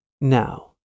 Now